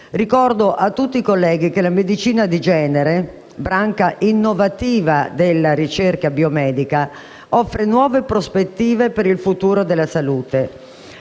Ricordo a tutti i colleghi che la medicina di genere, branca innovativa della ricerca biomedica, offre nuove prospettive per il futuro della salute.